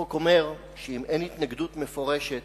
החוק אומר, שאם אין התנגדות מפורשת,